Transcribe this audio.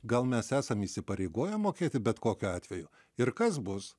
gal mes esam įsipareigoję mokėti bet kokiu atveju ir kas bus